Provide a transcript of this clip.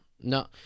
no